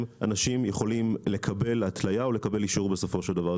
אנשים יכולים לקבל התליה או לקבל אישור בסופו של דבר.